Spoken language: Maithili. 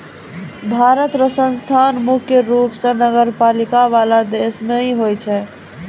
भारत र स्थान मुख्य रूप स नगरपालिका वाला देश मे ही होय छै